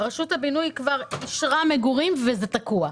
שרשות הבינוי כבר אישרה מגורים אבל זה תקוע.